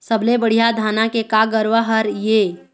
सबले बढ़िया धाना के का गरवा हर ये?